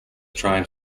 trying